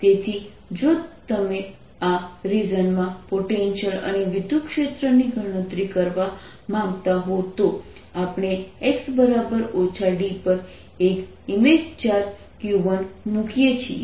તેથી જો તમે આ રિજનમાં પોટેન્ટિઅલ અને વિદ્યુતક્ષેત્રની ગણતરી કરવા માંગતા હો તો આપણે x d પર એક ઇમેજ ચાર્જ q1 મૂકીએ છીએ